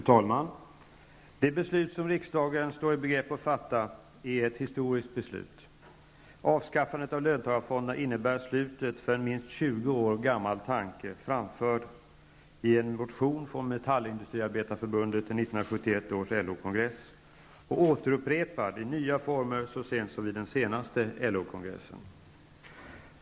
Fru talman! Det beslut som riksdagen står i begrepp att fatta är ett historiskt beslut. Avskaffandet av löntagarfonderna innebär slutet för en minst 20 år gammal tanke, framförd i en motion från Metallindustriarbetareförbundet till 1971 års LO-kongress och upprepad i nya former så sent som vid den senaste LO-kongressen.